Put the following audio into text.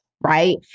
right